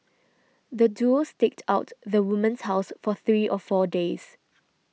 the duo staked out the woman's house for three or four days